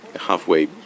halfway